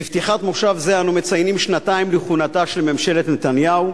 בפתיחת מושב זה אנו מציינים שנתיים לכהונתה של ממשלת נתניהו,